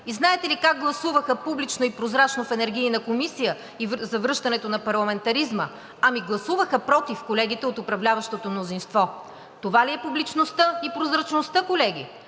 И знаете ли как гласуваха публично и прозрачно в Енергийната комисия и завръщането на парламентаризма? Ами гласуваха против колегите от управляващото мнозинство. Това ли е публичността и прозрачността, колеги?